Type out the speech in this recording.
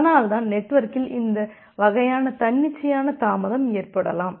அதனால்தான் நெட்வொர்க்கில் இந்த வகையான தன்னிச்சையான தாமதம் ஏற்படலாம்